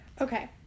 Okay